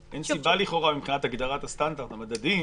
אין סיבה לכאורה מבחינת הגדרת הסטנדרט, המדדים